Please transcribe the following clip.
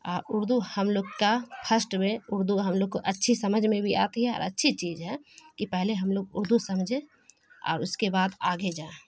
اردو ہم لوگ کا فرسٹ میں اردو کا ہم لوگ کو اچھی سمجھ میں بھی آتی ہے اور اچھی چیز ہے کہ پہلے ہم لوگ اردو سمجھیں اور اس کے بعد آگے جائیں